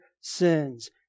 sins